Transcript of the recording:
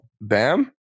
Bam